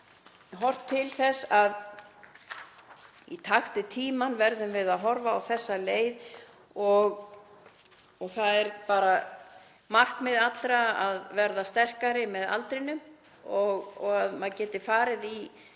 horft til þess að í takt við tímann þá verðum við að horfa á þessa leið. Það er markmið allra að verða sterkari með aldrinum og það að maður geti farið í nám